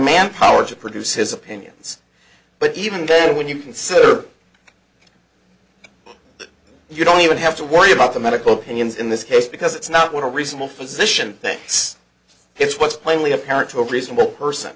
manpower to produce his opinions but even then when you consider that you don't even have to worry about the medical opinions in this case because it's not what a reasonable physician thinks it's what's plainly apparent to a reasonable person